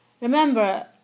Remember